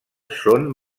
són